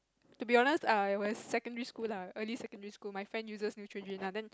to be honest err it was secondary school lah early secondary school my friend uses Neutrogena then